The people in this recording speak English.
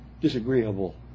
disagreeable